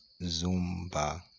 Zumba